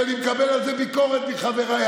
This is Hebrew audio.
ואני מקבל על זה ביקורת מחבריי,